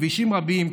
כבישים רבים,